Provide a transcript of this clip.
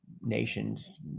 nations